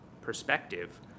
perspective